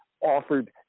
offered